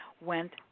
went